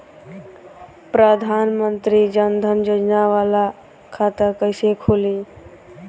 प्रधान मंत्री जन धन योजना वाला खाता कईसे खुली?